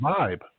vibe